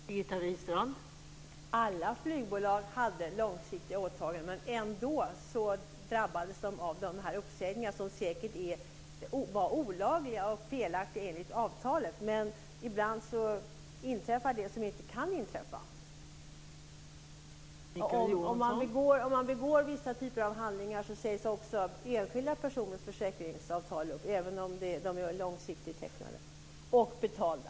Fru talman! Alla flygbolag hade långsiktiga åtaganden. Ändå drabbades de av de här uppsägningarna, som säkert var olagliga och felaktiga enligt avtalet. Men ibland inträffar det som inte kan inträffa. Om vissa typer av handlingar begås sägs också enskilda personers försäkringsavtal upp, även om de är långsiktigt tecknade och betalda.